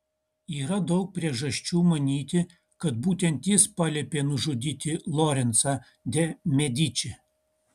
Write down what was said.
yra daug priežasčių manyti kad būtent jis paliepė nužudyti lorencą de medičį